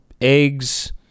eggs